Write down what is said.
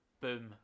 Boom